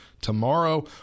tomorrow